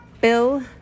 Bill